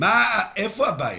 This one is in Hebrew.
איפה הבעיה?